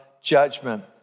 judgment